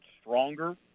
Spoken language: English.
stronger